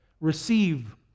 receive